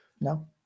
No